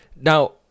Now